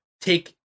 take